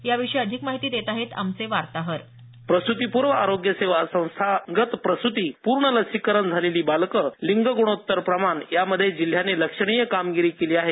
याविषयी अधिक माहिती देत आहेत आमचे वार्ताहर प्रस्तीपूर्व आरोग्यसेवा संस्थागत प्रस्ती पूर्ण लसीकरण झालेली बालकं लिंग गुणोत्तर प्रमाण यामधे जिल्ह्याने लक्षणीय कामगिरी केली आहे